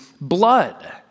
blood